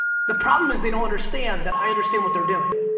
the problem is they don't understand that i understand what they're doing.